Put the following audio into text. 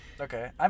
Okay